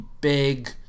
big